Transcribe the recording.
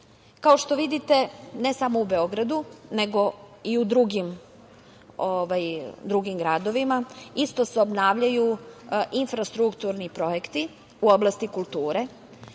što vidite, ne samo u Beogradu, nego i u drugim gradovima isto se obnavljaju infrastrukturni projekti u oblasti kulture.